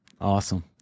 Awesome